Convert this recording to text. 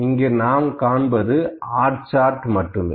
இங்கு நாம் காண்பது R சார்ட் மட்டுமே